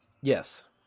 Yes